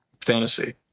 fantasy